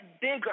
Bigger